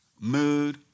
Mood